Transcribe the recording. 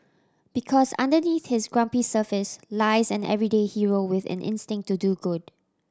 because underneath his grumpy surface lies an everyday hero with an instinct to do good